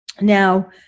Now